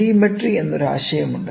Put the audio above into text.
telemetry എന്നൊരു ആശയവുമുണ്ട്